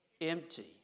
empty